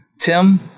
Tim